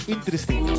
Interesting